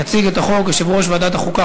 יציג את החוק יושב-ראש ועדת החוקה,